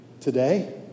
Today